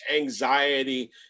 anxiety